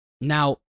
Now